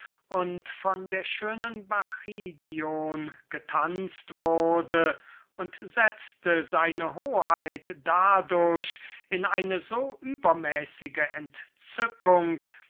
und von der schönen bacchidion getanzt wurde und setzte seine hoheit dadurch in eine so übermäßige entzückung